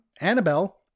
Annabelle